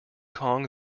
kong